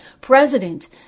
president